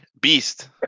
Beast